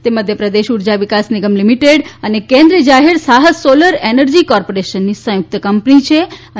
તે મધ્યપ્રદેશ ઊર્જા વિકાસ નિગમ લિમિટેડ અને કેન્દ્રીય જાહેરસાહસ સોલર એનર્જી કોર્પોરેશનની સંયુક્ત કંપની છે અને